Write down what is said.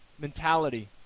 mentality